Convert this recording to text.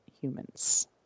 humans